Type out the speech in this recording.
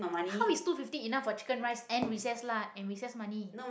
how is two fifty enough for chicken rice and recess lu~ and recess money